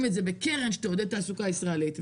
את זה בקרן שתעודד תעסוקה ישראלית.